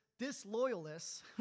disloyalists